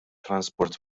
transport